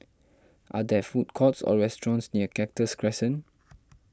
are there food courts or restaurants near Cactus Crescent